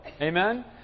Amen